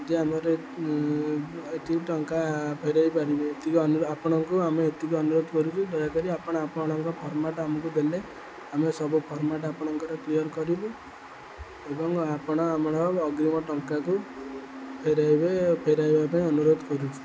ଯଦି ଆମର ଏତିକି ଟଙ୍କା ଫେରାଇ ପାରିବେ ଏତିକି ଆପଣଙ୍କୁ ଆମେ ଏତିକି ଅନୁରୋଧ କରୁଛୁ ଦୟାକରି ଆପଣ ଆପଣଙ୍କ ଫର୍ମାଟ୍ ଆମକୁ ଦେଲେ ଆମେ ସବୁ ଫର୍ମାଟ୍ ଆପଣଙ୍କର କ୍ଲିୟର୍ କରିବୁ ଏବଂ ଆପଣ ଆମର ଅଗ୍ରୀମ ଟଙ୍କାକୁ ଫେରାଇବେ ଫେରାଇବା ପାଇଁ ଅନୁରୋଧ କରୁଛୁ